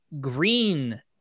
green